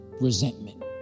resentment